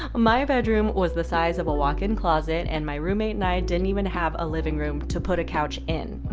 my bedroom was the size of a walk-in closet and my roommate and i didn't even have a living room to put a couch in.